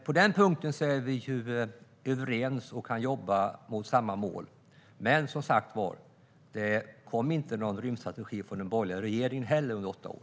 På denna punkt är vi överens, och vi kan jobba mot samma mål. Det kom dock inte någon rymdstrategi under den borgerliga regeringens åtta år.